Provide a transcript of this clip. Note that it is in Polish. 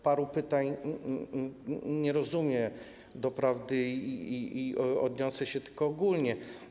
Paru pytań nie rozumiem doprawdy i odniosę się tylko ogólnie.